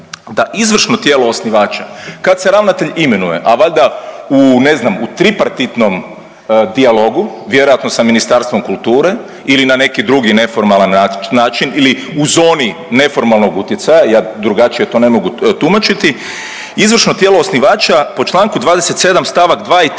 da izvršno tijelo osnivača kad se ravnatelj imenuje, a valjda ne znam u tripartitnom dijalogu vjerojatno sa Ministarstvom kulture ili na neki drugi neformalan način ili u zoni neformalnog utjecaja, ja drugačije to ne mogu tumačiti, izvršno tijelo osnivača po Članku 27. stavak 2.